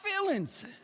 feelings